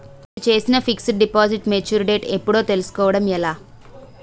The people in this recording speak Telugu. నేను చేసిన ఫిక్సడ్ డిపాజిట్ మెచ్యూర్ డేట్ ఎప్పుడో తెల్సుకోవడం ఎలా?